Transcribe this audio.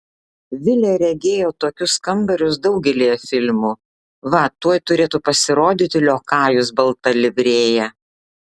vilė regėjo tokius kambarius daugelyje filmų va tuoj turėtų pasirodyti liokajus balta livrėja